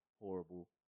horrible